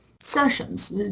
sessions